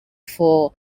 for